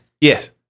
Yes